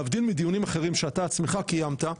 להבדיל מדיונים אחרים שאתה עצמך קיימת,